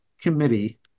committee